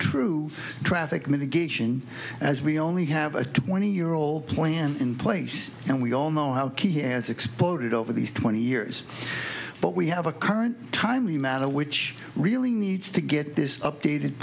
true traffic mitigation as we only have a twenty year old plan in place and we all know how key has exploded over these twenty years but we have a current timely matter which really needs to get this updated